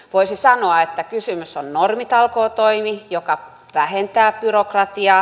voisi sanoa että kysymyksessä on normitalkootoimi joka vähentää byrokratiaa